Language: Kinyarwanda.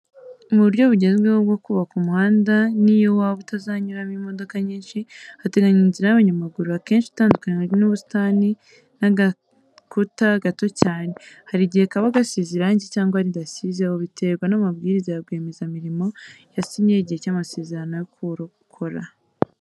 Mu buryo bugezweho bwo kubaka umuhanda, n'iyo waba utazanyuramo imodoka nyinshi, hateganywa inzira y'abanyamaguru; akenshi itandukanywa n'ubusitani n'agakuta gato cyane, hari igihe kaba gasize irangi cyangwa ridasizeho, biterwa n'amabwiriza rwiyemezamirimo yasinye igihe cy'amasezerano yo kuwukora.